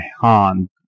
Han